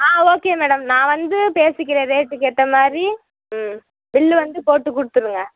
ஆ okay madam நான் வந்து பேசிக்கிறேன் ரேட்டுக்கேற்ற மாதிரி ம் பில்லு வந்து போட்டு கொடுத்துருங்க